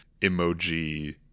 emoji